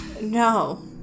No